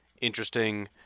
interesting